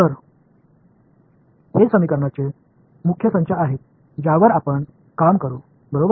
तर हे समीकरणाचे मुख्य संच आहेत ज्यावर आपण काम करू बरोबर